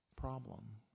problem